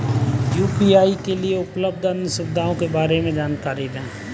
UPI के लिए उपलब्ध अन्य सुविधाओं के बारे में जानकारी दें?